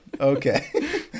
Okay